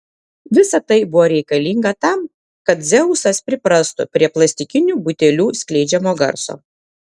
visa tai buvo reikalinga tam kad dzeusas priprastų prie plastikinių butelių skleidžiamo garso